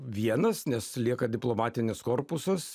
vienas nes lieka diplomatinis korpusas